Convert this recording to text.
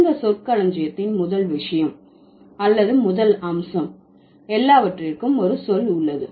சிறந்த சொற்களஞ்சியத்தின் முதல் விஷயம் அல்லது முதல் அம்சம் எல்லாவற்றிற்கும் ஒரு சொல் உள்ளது